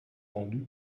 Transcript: rendue